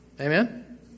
Amen